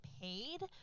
paid